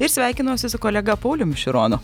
ir sveikinuosi su kolega pauliumi šironu